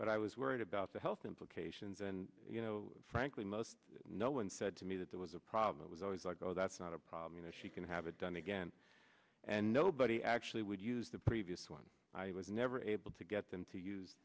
but i was worried about the health implications and you know frankly most no one said to me that there was a problem it was always like oh that's not a problem you know she can have it done again and nobody actually would use the previous one i was never able to get them to use